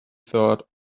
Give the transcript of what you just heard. thought